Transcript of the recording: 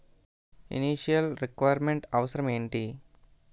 Initial requirement అవసరం ఎంటి?